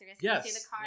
Yes